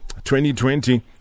2020